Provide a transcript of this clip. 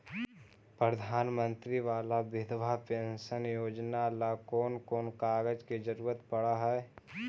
प्रधानमंत्री बाला बिधवा पेंसन योजना ल कोन कोन कागज के जरुरत पड़ है?